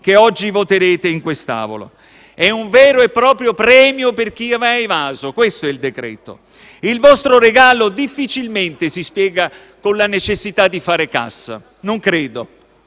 che oggi voterete in quest'Aula. È un vero e proprio premio per chi ha evaso. Questo è il decreto-legge. Il vostro regalo difficilmente si spiega con la necessità di fare cassa. Non credo.